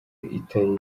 itari